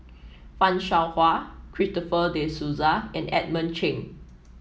Fan Shao Hua Christopher De Souza and Edmund Cheng